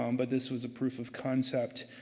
um but this was a proof of concept.